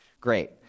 Great